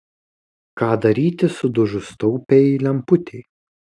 ką daryti sudužus taupiajai lemputei